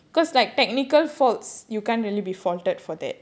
because like technical faults you can't really be faulted for that